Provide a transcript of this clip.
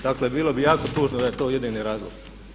Dakle, bilo bi jako tužno da je to jedini razlog.